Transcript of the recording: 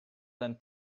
them